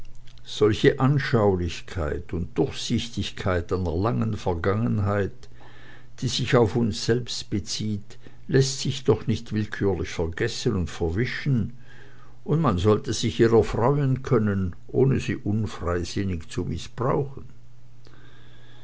solche anschaulichkeit und durchsichtigkeit einer langen vergangenheit die sich auf uns selbst bezieht läßt sich doch nicht willkürlich vergessen und verwischen und man sollte sich ihrer freuen können ohne sie unfreisinnig zu mißbrauchen